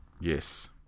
Yes